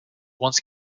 once